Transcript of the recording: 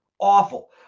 awful